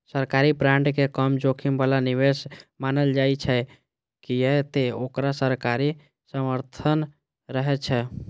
सरकारी बांड के कम जोखिम बला निवेश मानल जाइ छै, कियै ते ओकरा सरकारी समर्थन रहै छै